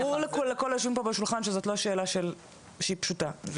ברור לכל היושבים פה בשולחן שזו לא שאלה שהיא פשוטה,